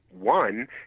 one